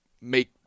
make